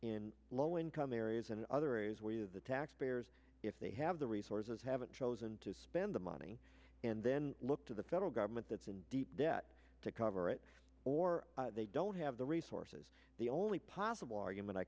in low income areas and other areas where the taxpayers if they have the resources haven't chosen to spend the money and then look to the federal government that's in deep debt to cover it or they don't have the resources the only possible argument i